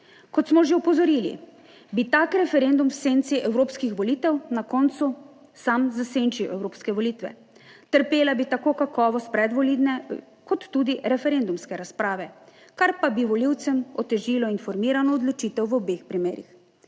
Kot smo že opozorili, bi tak referendum v senci evropskih volitev na koncu sam zasenčil evropske volitve; trpela bi tako kakovost predvolilne kot tudi referendumske razprave, kar pa bi volivcem otežilo informirano odločitev v obeh primerih.